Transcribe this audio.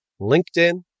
LinkedIn